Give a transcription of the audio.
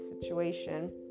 situation